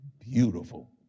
beautiful